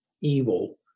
evil